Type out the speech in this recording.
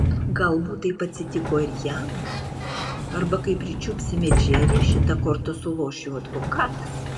galbūt taip atsitiko ir jam arba kai pričiupsime džerį šita korta suloš jo advokatas